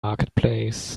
marketplace